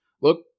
look